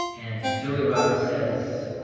and julia roberts says,